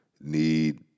need